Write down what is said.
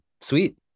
sweet